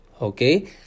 okay